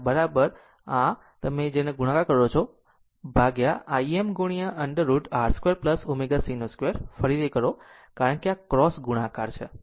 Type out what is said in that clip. અને બરાબર છે અને આ તમે જેને તમે ગુણાકાર કહો છો Im into √ over R 2 ω c 2 ફરીથી કરો કારણ કે આ એક ક્રોસ ગુણાકાર છે